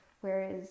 whereas